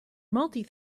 multi